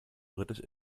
britisch